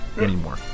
anymore